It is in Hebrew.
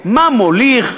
מה מוליך,